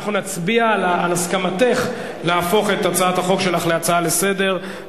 אנחנו נצביע על הסכמתך להפוך את הצעת החוק שלך להצעה לסדר-היום.